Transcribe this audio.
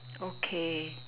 okay